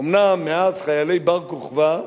אומנם מאז חיילי בר-כוכבא,